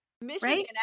Michigan